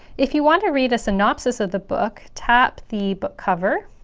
if you want to read a synopsis of the book, tap the book cover